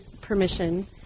permission